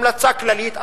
המלצה כללית,